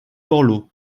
borloo